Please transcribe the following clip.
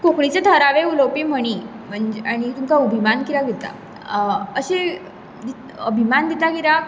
कोंकणीचे थळावे उलोवपी म्हणी म्हणजे आनी तुमकां अभिमान कित्याक दिता अशी अभिमान दिता कित्याक